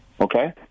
Okay